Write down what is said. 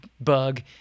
bug